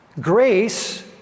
grace